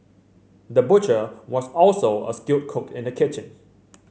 the butcher was also a skilled cook in the kitchen